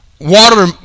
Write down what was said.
water